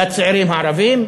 לצעירים הערבים.